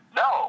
no